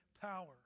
power